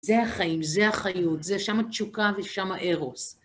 זה החיים, זה החיות, זה שם התשוקה ושם הארוס.